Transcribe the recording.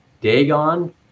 Dagon